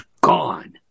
gone